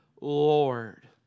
Lord